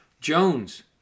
Jones